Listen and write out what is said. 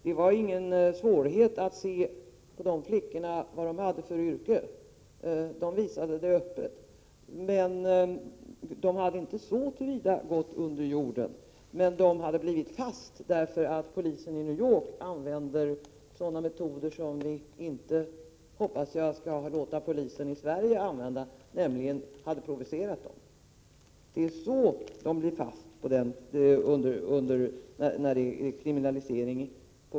Det var ingen svårighet att se på de flickorna vad de hade för yrke — de visade det öppet. Så till vida hade de inte gått under jorden. Men de hade blivit fast därför att polisen i New York använder metoder som vi, hoppas jag, inte skall låta polisen i Sverige använda; man hade nämligen provocerat dem. Det är så de blir fast när prostitutionen är kriminaliserad.